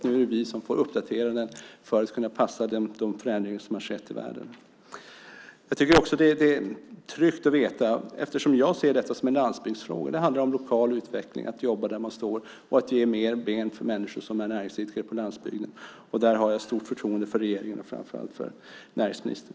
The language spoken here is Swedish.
Nu är det vi som får uppdatera den för att den ska passa de förändringar som skett i världen. Eftersom jag ser detta som en landsbygdsfråga - det handlar om lokal utveckling, om att jobba där man står, om att ge fler ben att stå på till människor som är näringsidkare på landsbygden - har jag stort förtroende för regeringen och framför allt för näringsministern.